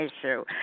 issue